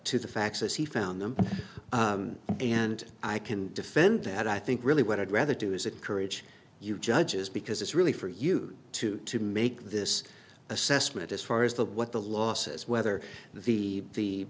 to the facts as he found them and i can defend that i think really what i'd rather do is encourage you judges because it's really for you to to make this assessment as far as the what the law says whether the